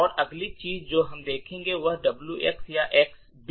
तो अगली चीज जो हम देखेंगे वह WX या X बिट है